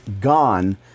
gone